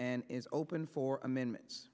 and is open for amendments